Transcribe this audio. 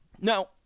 Now